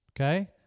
Okay